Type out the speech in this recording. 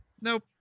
Nope